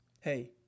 hey